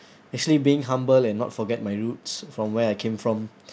actually being humble and not forget my roots from where I came from